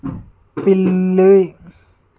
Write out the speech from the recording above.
పిల్లి